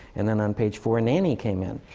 and then on page four, a nanny came in.